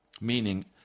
meaning